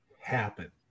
happen